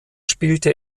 spielte